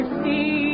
see